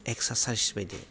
exercise बायदि